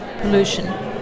pollution